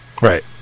Right